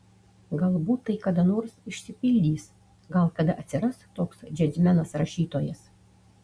galbūt tai kada nors išsipildys gal kada atsiras toks džiazmenas rašytojas